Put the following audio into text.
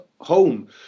home